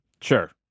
sure